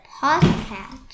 podcast